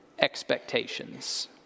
expectations